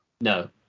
No